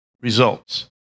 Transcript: results